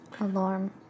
Alarm